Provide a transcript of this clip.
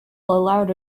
allowed